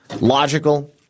logical